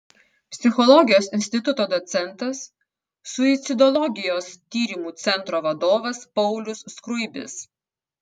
psichologijos instituto docentas suicidologijos tyrimų centro vadovas paulius skruibis